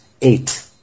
Eight